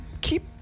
keep